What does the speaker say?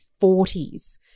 40s